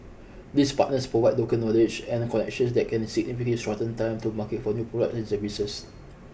these partners provide local knowledge and connections that can significantly shorten time to market for new product and services